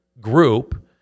group